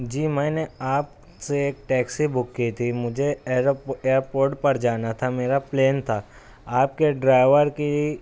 جی میں نے آپ سے ایک ٹیکسی بک کی تھی مجھے ایرو ایئر پورٹ پر جانا تھا میرا پلین تھا آپ کے ڈرائیور کی